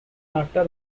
after